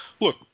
look